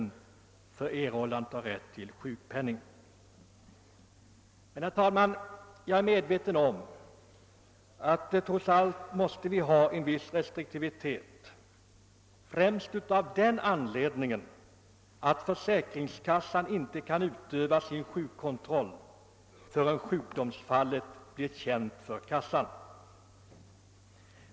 Herr talman! Jag är medveten om att vi trots allt måste ha en viss restriktivitet, främst av den anledningen att försäkringskassan inte kan utöva sin sjukkontroll förrän sjukdomsfallet blivit känt för kassan.